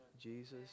Jesus